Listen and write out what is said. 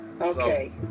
Okay